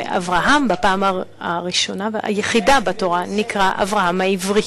ואברהם בפעם הראשונה והיחידה בתורה נקרא "אברם העברי".